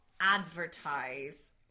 advertise